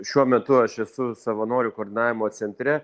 šiuo metu aš esu savanorių koordinavimo centre